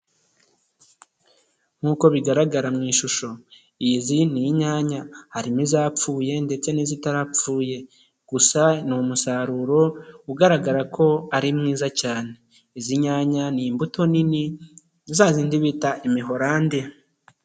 Nk'uko bigaragara mu ishusho izi ni inyanya harimo izapfuye ndetse n'izitarapfuye, gusa ni umusaruro ugaragara ko ari mwiza cyane. Izi nyanya ni imbuto nini za zindi bita imiholande.